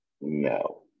No